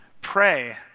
Pray